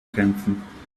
kämpfen